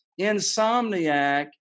insomniac